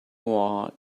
woke